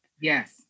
Yes